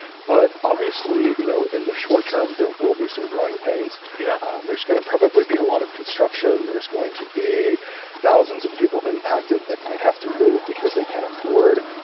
but obviously, you know, in the short term, there will be some growing pains yeah and there's going to probably be a lot of construction. there's going to be thousands of people impacted that might have to move because they can't afford